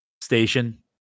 station